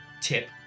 tip